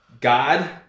God